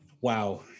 Wow